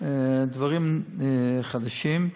דברים חדשים,